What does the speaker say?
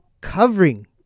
covering